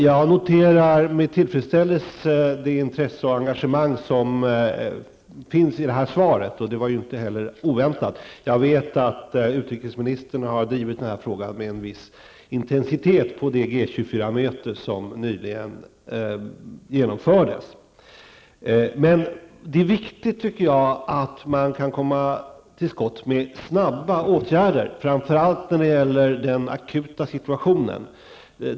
Jag noterar med tillfredsställelse det intresse och engagemang som finns i det här svaret, och det var ju inte heller oväntat. Jag vet att utrikesministern har drivit den här frågan med en viss intensitet på det G24-möte som nyligen genomfördes. Men det är viktigt att man kan komma till skott med snabba åtgärder framför allt när det gäller den akuta situationen.